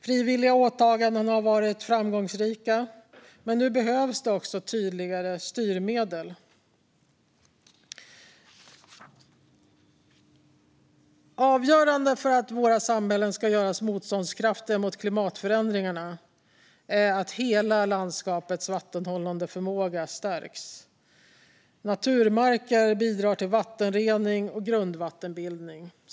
Frivilliga åtaganden har varit framgångsrika, men nu behövs också tydligare styrmedel. Avgörande för att våra samhällen ska göras motståndskraftiga mot klimatförändringarna är att hela landskapets vattenhållande förmåga stärks. Naturmarker bidrar till vattenrening och grundvattenbildning.